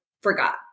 forgot